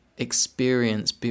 experience